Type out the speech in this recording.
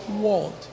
world